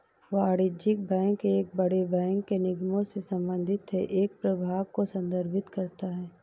वाणिज्यिक बैंक एक बड़े बैंक के निगमों से संबंधित है एक प्रभाग को संदर्भित करता है